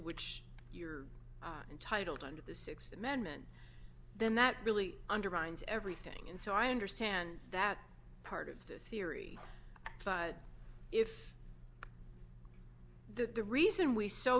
which you're entitled under the th amendment then that really undermines everything and so i understand that part of the theory but if that the reason we so